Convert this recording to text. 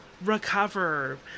recover